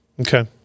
Okay